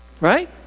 right